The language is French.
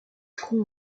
tronc